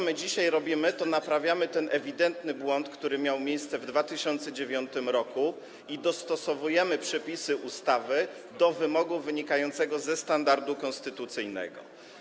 My dzisiaj naprawiamy ten ewidentny błąd, który miał miejsce w 2009 r., i dostosowujemy przepisy ustawy do wymogu wynikającego ze standardu konstytucyjnego.